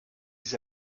des